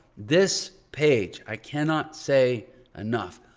this page, i cannot say enough.